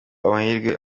amahirwe